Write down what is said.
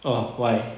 oh why